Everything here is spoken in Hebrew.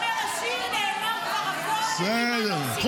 כמו שאומר השיר, נאמר כבר הכול ואין לי מה להוסיף.